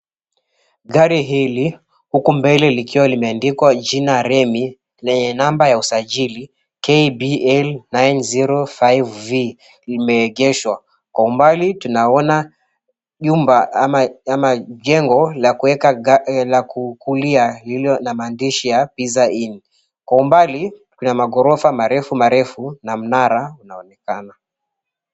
Gari hili, huku mbele likiwa limeandikwa jina REMMY lenye namba ya usajili YBL 905V limeegeshwa. Kwa umbali tunaona jengo lakukulia lililo na maandishi ya PIZZA INN. Kwa Umbali kuna magorofa marefu marefu na mnara unaonekana.